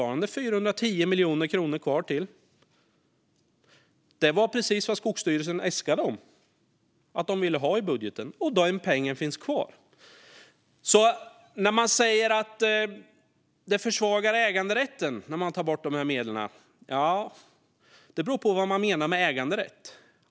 Det var precis vad Skogsstyrelsen äskade. Det var vad de ville ha i budgeten. Och den pengen finns kvar. Försvagas äganderätten när man tar bort dessa medel? Det beror på vad man menar med äganderätt.